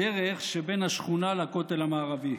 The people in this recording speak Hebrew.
בדרך שבין השכונה לכותל המערבי.